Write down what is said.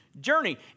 journey